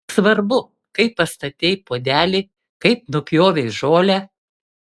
svarbu kaip pastatei puodelį kaip nupjovei žolę